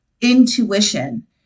Intuition